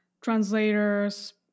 translators